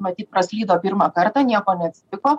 matyt praslydo pirmą kartą nieko neatsitiko